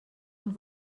und